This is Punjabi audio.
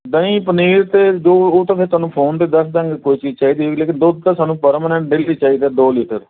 ਦਹੀਂ ਪਨੀਰ ਅਤੇ ਜੋ ਉਹ ਤਾਂ ਫਿਰ ਤੁਹਾਨੂੰ ਫੋਨ 'ਤੇ ਦੱਸ ਦਾਂਗੇ ਕੋਈ ਚੀਜ਼ ਚਾਹੀਦੀ ਹੋਈ ਲੇਕਿਨ ਦੁੱਧ ਤਾਂ ਸਾਨੂੰ ਪਰਮਾਨੈਂਟ ਡੇਲੀ ਚਾਹੀਦਾ ਦੋ ਲੀਟਰ